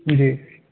جی